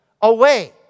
away